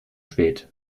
spät